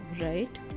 right